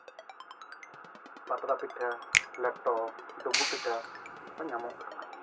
ᱯᱟᱛᱲᱟ ᱯᱤᱴᱷᱟᱹ ᱞᱮᱴᱚ ᱰᱩᱸᱵᱩᱜ ᱯᱤᱴᱷᱟᱹ ᱠᱚ ᱧᱟᱢᱚᱜ ᱠᱟᱱᱟ